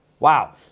Wow